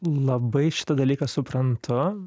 labai šitą dalyką suprantu